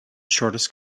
shortest